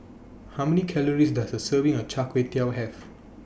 How Many Calories Does A Serving of Char Kway Teow Have